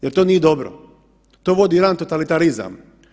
Jer to nije dobro, to vodi u jedan totalitarizam.